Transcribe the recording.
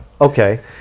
Okay